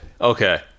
Okay